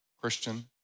Christian